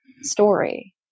story